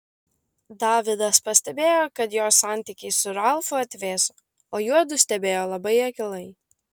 davidas pastebėjo kad jos santykiai su ralfu atvėso o juodu stebėjo labai akylai